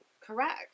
Correct